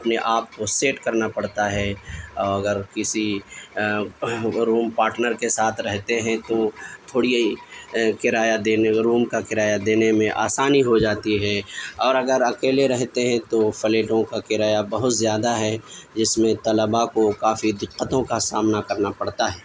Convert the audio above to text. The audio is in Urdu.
اپنے آپ کو سیٹ کرنا پڑتا ہے اور اگر کسی روم پاٹنر کے ساتھ رہتے ہیں تو تھوڑی کرایہ دینے روم کا کرایہ دینے میں آسانی ہو جاتی ہے اور اگر اکیلے رہتے ہیں تو فلیٹوں کا کرایہ بہت زیادہ ہے جس میں طلبا کو کافی دقتوں کا سامنا کرنا پڑتا ہے